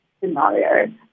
scenario